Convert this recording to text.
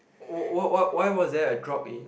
why why why why was there a drop eh